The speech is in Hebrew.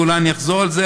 ואולי אחזור לזה,